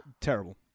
Terrible